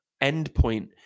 endpoint